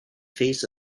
face